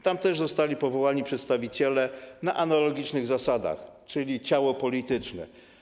Tam też zostali powołani przedstawiciele na analogicznych zasadach, czyli ciało polityczne.